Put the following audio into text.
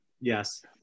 Yes